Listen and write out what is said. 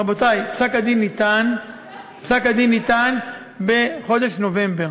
רבותי, פסק-הדין ניתן בחודש נובמבר.